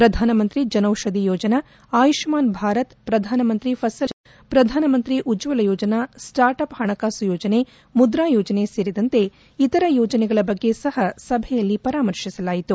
ಪ್ರಧಾನಮಂತ್ರಿ ಜನೌಷಧಿ ಯೋಜನಾ ಆಯುಷ್ಮಾನ್ ಭಾರತ್ ಪ್ರಧಾನಮಂತ್ರಿ ಫಸಲ್ ಬೀಮಾ ಯೋಜನಾ ಪ್ರಧಾನಮಂತ್ರಿ ಉಜ್ವಲ ಯೋಜನಾ ಸ್ಪಾರ್ಟ್ಅಪ್ ಪಣಕಾಸು ಯೋಜನೆ ಮುದ್ರಾ ಯೋಜನೆ ಸೇರಿದಂತೆ ಇತರ ಯೋಜನೆಗಳ ಬಗ್ಗೆ ಸಹ ಸಭೆಯಲ್ಲಿ ಪರಾಮರ್ತಿಸಲಾಯಿತು